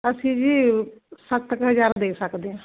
ਅਸੀਂ ਜੀ ਸੱਤ ਕ ਹਜਾਰ ਦੇ ਸਕਦੇ ਆਂ